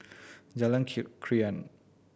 Jalan Krian